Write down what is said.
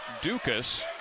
Dukas